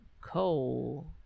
coal